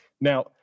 Now